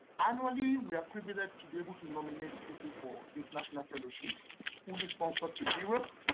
annually, we are privileged to be able to nominate people for international fellowship fully sponsored to europe.